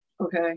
Okay